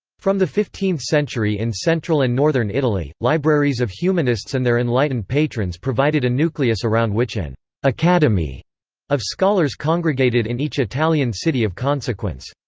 from the fifteenth century in central and northern italy, libraries of humanists and their enlightened patrons provided a nucleus around which an academy of scholars congregated in each italian city of consequence.